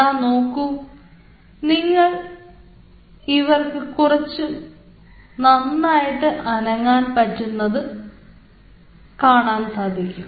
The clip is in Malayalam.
ദാ നോക്കൂ ഇപ്പോൾ ഇവർക്ക് കുറച്ചു നന്നായിട്ട് അനങ്ങാൻ സാധിക്കും